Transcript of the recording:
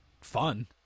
fun